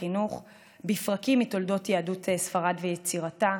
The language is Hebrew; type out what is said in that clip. החינוך בפרקים מתולדות יהדות ספרד ויצירתה,